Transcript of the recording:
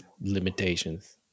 limitations